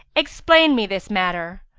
explain me this matter.